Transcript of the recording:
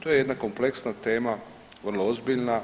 To je jedna kompleksna tema, vrlo ozbiljna